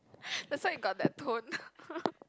that's why you got that tone